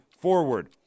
forward